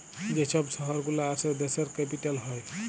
যে ছব শহর গুলা আসে দ্যাশের ক্যাপিটাল হ্যয়